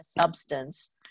substance